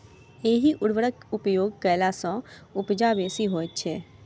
एहि उर्वरकक उपयोग कयला सॅ उपजा बेसी होइत छै